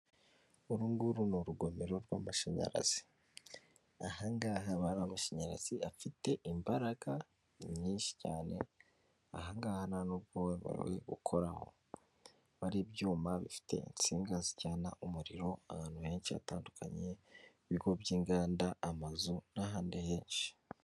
Uru nguru ni urugomero rw'amashanyarazi. Aha ngaha haba hari amashanyarazi afite imbaraga nyinshi cyane, aha ngaha ntanubwo wemerewe gukoraho. Haba hari ibyuma bifite insinga zijyana umuriro ahantu henshi hatandukanye, ibigo by'inganda, amazu n'ahandi henshi.